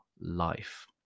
life